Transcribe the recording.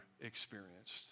experienced